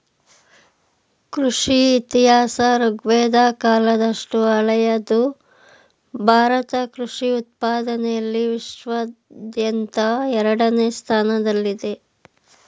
ಕೃಷಿ ಇತಿಹಾಸ ಋಗ್ವೇದ ಕಾಲದಷ್ಟು ಹಳೆದು ಭಾರತ ಕೃಷಿ ಉತ್ಪಾದನೆಲಿ ವಿಶ್ವಾದ್ಯಂತ ಎರಡನೇ ಸ್ಥಾನದಲ್ಲಿದೆ